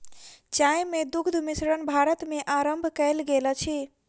चाय मे दुग्ध मिश्रण भारत मे आरम्भ कयल गेल अछि